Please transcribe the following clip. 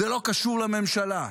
זה לא קשור לממשלה.